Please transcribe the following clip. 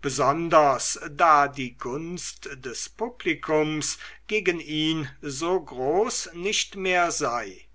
besonders da die gunst des publikums gegen ihn so groß nicht mehr sei